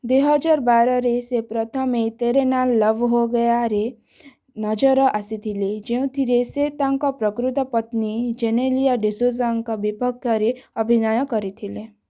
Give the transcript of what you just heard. ଦୁଇ ହଜାର ବାରରେ ସେ ପ୍ରଥମେ ତେରେ ନାଲ ଲଭ୍ ହୋ ଗୟାରେ ନଜରକୁ ଆସିଥିଲେ ଯେଉଁଥିରେ ସେ ତାଙ୍କ ପ୍ରକୃତ ପତ୍ନୀ ଜେନେଲିଆ ଡିସୋଜାଙ୍କ ବିପକ୍ଷରେ ଅଭିନୟ କରିଥିଲେ